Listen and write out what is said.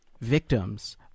victims